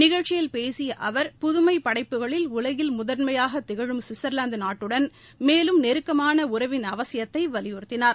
நிகழ்ச்சியில் பேசிய அவர் புதுமைப் படைப்புகளில் உலகில் முதன்மையாக திகழும் கவிட்சர்லாந்து நாட்டுடன் மேலும் நெருக்கமான உறவின் அவசியத்தை வலியுறுத்தினார்